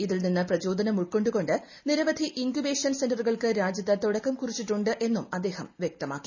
ഇതിൽ നിന്ന് പ്രചോദനമുൾക്കൊണ്ട് നിരവധി ഇൻക്യുബേഷൻ സെന്ററുകൾക്ക് രാജ്യത്ത് തുടക്കം കുറിച്ചിട്ടുണ്ട് എന്നും അദ്ദേഹം വൃക്തമാക്കി